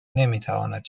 نمیتواند